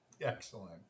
excellent